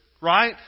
right